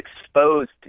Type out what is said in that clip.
exposed